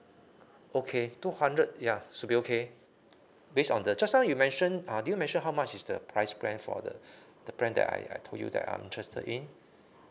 okay two hundred ya should be okay based on the just now you mention uh do you mention how much is the price plan for the the plan that I I told you that I'm interested in